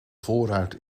voorruit